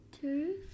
two